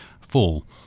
Fall